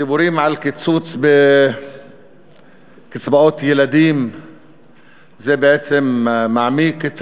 הדיבורים על קיצוץ בקצבאות ילדים בעצם מעמיקים